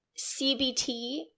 CBT